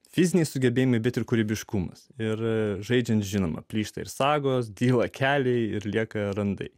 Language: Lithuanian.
fiziniai sugebėjimai bet ir kūrybiškumas ir žaidžiant žinoma plyšta ir sagos dyla keliai ir lieka randai